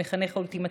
המחנך האולטימטיבי: